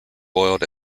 boiled